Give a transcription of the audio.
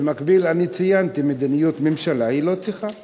במקביל, אני ציינתי, מדיניות הממשלה לא צריכה זאת.